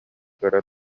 көрөн